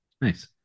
nice